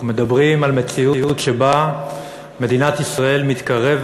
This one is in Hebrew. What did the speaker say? אנחנו מדברים על מציאות שבה מדינת ישראל מתקרבת